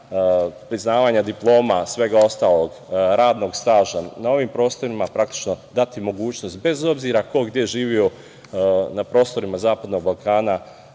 priznavanja diploma i svega ostalog, radnog staža, na ovim prostorima, praktično dati mogućnost bez obzira ko gde živeo na prostorima zapadnog Balkana